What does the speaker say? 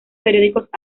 periódicos